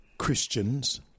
Christians